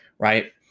Right